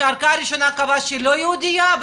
שערכאה ראשונה קבעה שהיא לא יהודייה,